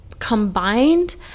combined